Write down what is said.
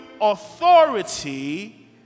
authority